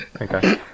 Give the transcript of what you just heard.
Okay